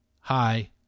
hi